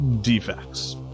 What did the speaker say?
defects